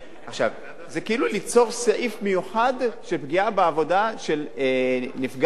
זה ליצור סעיף מיוחד של פגיעה בעבודה של נפגע מינית.